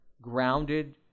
grounded